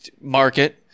market